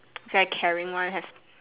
very caring one have